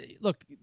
look